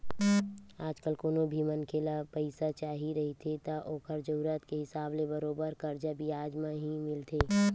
आजकल कोनो भी मनखे ल पइसा चाही रहिथे त ओखर जरुरत के हिसाब ले बरोबर करजा बियाज म ही मिलथे